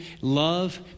love